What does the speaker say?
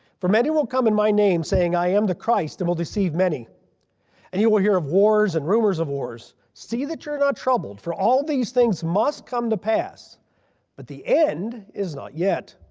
for many will come in my name saying i am the christ and will deceive many and you will hear of wars and rumors of wars. see that you're not troubled for all of these things must come to pass but the end is not yet.